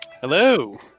Hello